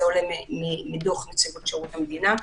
וזה עולה מדוח נציבות שירות המדינה.